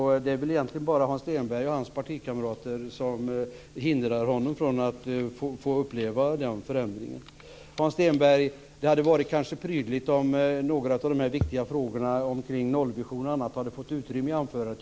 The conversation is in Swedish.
Det är väl egentligen bara Hans Stenberg själv och hans partikamrater som hindrar att han får uppleva den förändringen. Hans Stenberg, det hade kanske varit prydligt om några av de viktiga frågorna kring nollvision och annat hade fått utrymme i anförandet.